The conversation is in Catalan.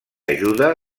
ajuda